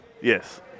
Yes